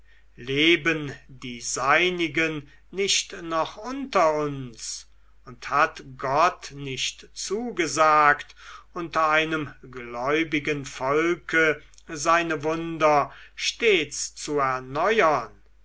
leben die seinigen nicht noch unter uns und hat gott nicht zugesagt unter einem gläubigen volke seine wunder stets zu erneuern